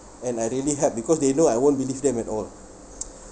and I really help because they know I won't believe them at all